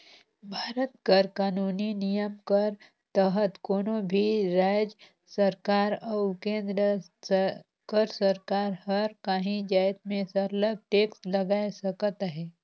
भारत कर कानूनी नियम कर तहत कोनो भी राएज सरकार अउ केन्द्र कर सरकार हर काहीं जाएत में सरलग टेक्स लगाए सकत अहे